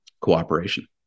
cooperation